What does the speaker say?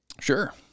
Sure